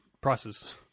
prices